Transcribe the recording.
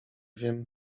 wiem